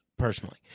personally